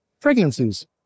pregnancies